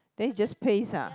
then you just paste ah